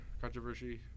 Controversy